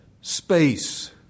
space